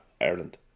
ireland